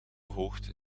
hoogte